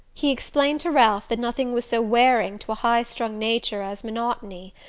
he explained to ralph that nothing was so wearing to a high-strung nature as monotony,